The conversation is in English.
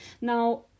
Now